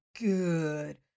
good